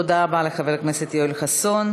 תודה רבה לחבר הכנסת יואל חסון.